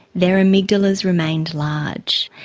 their amygdalas remained large.